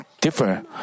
differ